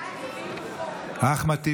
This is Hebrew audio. אחמד טיבי,